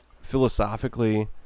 philosophically